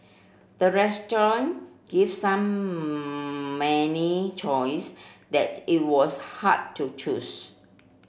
the restaurant gave some many choice that it was hard to choose